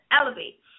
Elevate